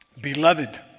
beloved